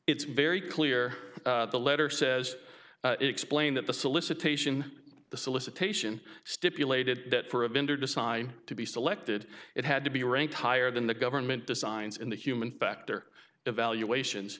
it's very clear the letter says explain that the solicitation the solicitation stipulated that for a vendor to sign to be selected it had to be ranked higher than the government designs in the human factor evaluations